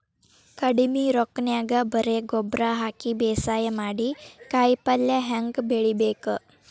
ಕಡಿಮಿ ರೊಕ್ಕನ್ಯಾಗ ಬರೇ ಗೊಬ್ಬರ ಹಾಕಿ ಬೇಸಾಯ ಮಾಡಿ, ಕಾಯಿಪಲ್ಯ ಹ್ಯಾಂಗ್ ಬೆಳಿಬೇಕ್?